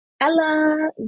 ella